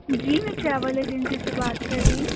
جی میں travel agency سے بات کر رہی ہوں